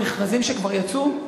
במכרזים שכבר יצאו?